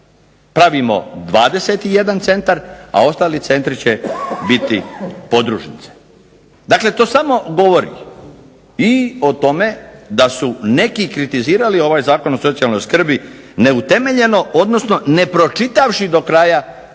pravimo 21 centar, a ostali centri će biti podružnice. Dakle, to samo govori i o tome da su neki kritizirali ovaj Zakon o socijalnoj skrbi neutemeljeno odnosno ne pročitavši do kraja zakon.